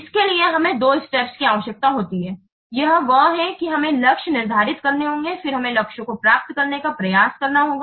इसके लिए हमें दो स्टेप्स की आवश्यकता होती है वह यह है कि हमें लक्ष्य निर्धारित करने होंगे फिर हमें लक्ष्यों को प्राप्त करने का प्रयास करना होगा